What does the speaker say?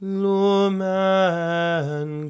lumen